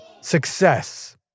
success